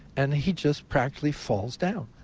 and he just practically falls down.